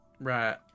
right